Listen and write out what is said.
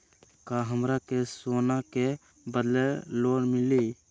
का हमरा के सोना के बदले लोन मिलि?